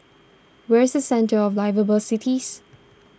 where is Centre of Liveable Cities